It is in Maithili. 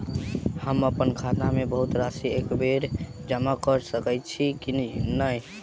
हम अप्पन खाता मे बहुत राशि एकबेर मे जमा कऽ सकैत छी की नै?